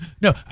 No